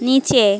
নিচে